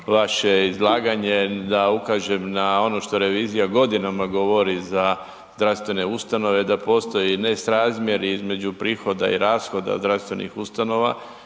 vaše izlaganje da ukažem na ono što revizija godinama govori za zdravstvene ustanove da postoji nesrazmjer između prihoda i rashoda zdravstvenih ustanova